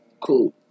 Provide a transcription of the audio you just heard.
Cool